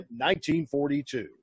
1942